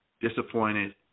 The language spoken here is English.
disappointed